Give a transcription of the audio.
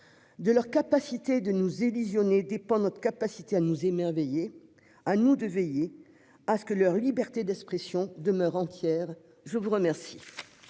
De leur capacité à nous illusionner dépend notre capacité à nous émerveiller. À nous de veiller à ce que leur liberté d'expression demeure entière. La parole